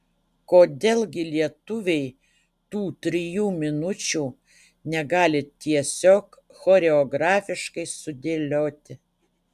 kodėl gi lietuviai tų trijų minučių negali tiesiog choreografiškai sudėlioti